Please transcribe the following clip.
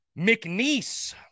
McNeese